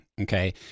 okay